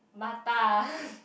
Bata